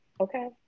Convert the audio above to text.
okay